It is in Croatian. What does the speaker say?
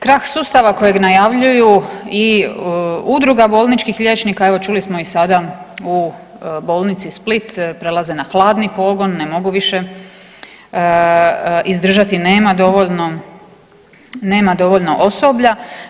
Krah sustava kojeg najavljuju i Udruga bolničkih liječnika, evo čuli smo i sada u bolnici Split prelaze na hladni pogon, ne mogu više izdržati, nema dovoljno, nema dovoljno osoblja.